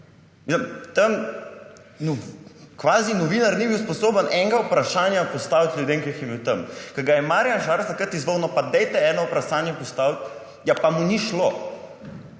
Tam kvazi novinar ni bil sposoben enega vprašanja postaviti ljudem, ki jih je imel tam. Ko ga je Marjan Šarec takrat izzval, češ, dajte eno vprašanje postaviti, mu ni šlo,